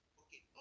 okay